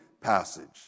passage